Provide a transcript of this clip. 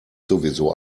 sowieso